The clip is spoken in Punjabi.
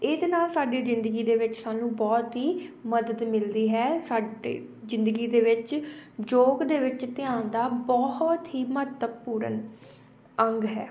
ਇਹਦੇ ਨਾਲ ਸਾਡੀ ਜ਼ਿੰਦਗੀ ਦੇ ਵਿੱਚ ਸਾਨੂੰ ਬਹੁਤ ਹੀ ਮਦਦ ਮਿਲਦੀ ਹੈ ਸਾਡੇ ਜ਼ਿੰਦਗੀ ਦੇ ਵਿੱਚ ਯੋਗ ਦੇ ਵਿੱਚ ਧਿਆਨ ਦਾ ਬਹੁਤ ਹੀ ਮਹੱਤਵਪੂਰਨ ਅੰਗ ਹੈ